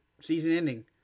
season-ending